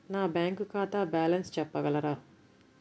నా బ్యాంక్ ఖాతా బ్యాలెన్స్ చెప్పగలరా?